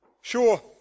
Sure